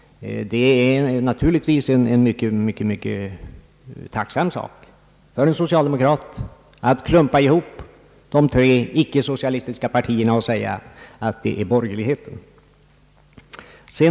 Det är naturligtvis en mycket tacksam sak för en socialdemokrat att klumpa ihop de tre icke socialistiska partierna och säga att de utgör borgerligheten. Alltid kan det skrämma någon!